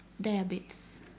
diabetes